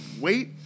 wait